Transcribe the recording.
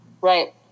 Right